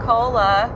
Cola